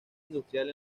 industrial